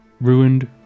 ruined